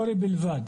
סטטוטורי בלבד.